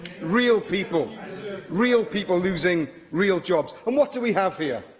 real people real people losing real jobs, and what do we have here?